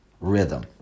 rhythm